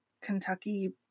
Kentucky